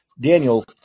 Daniel